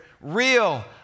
real